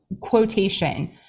quotation